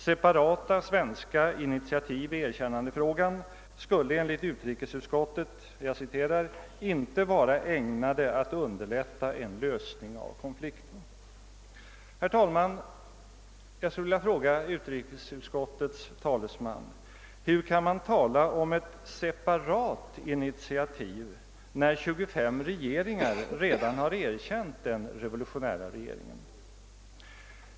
Separata svenska initiativ i erkännandefrågan skulle enligt utrikesutskottet »inte vara ägnade att underlätta en lösning av konflikten». Herr talman! Jag skulle vilja fråga utrikesutskottet: Hur kan man tala om ett »separat initiativ» när 25 regeringar redan har erkänt den revolutionära regeringen?